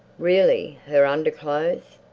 really her underclothes!